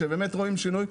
שבאמת רואים שינוי,